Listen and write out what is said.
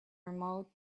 remote